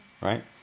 Right